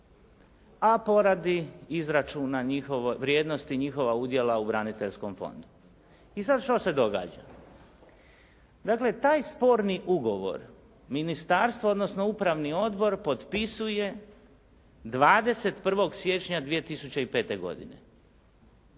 a poradi izračuna vrijednosti njihova udjela u braniteljskom fondu. I sad što se događa? Dakle, taj sporni ugovor ministarstvo, odnosno upravni odbor potpisuje 21. siječnja 2005. godine.